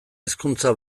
hizkuntza